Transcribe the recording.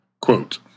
Quote